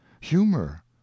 humor